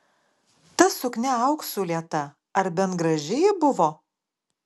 ta suknia auksu lieta ar bent graži ji buvo